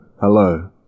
hello